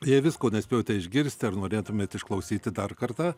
jei visko nespėjote išgirsti ar norėtumėt išklausyti dar kartą